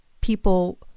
people